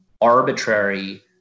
arbitrary